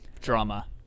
drama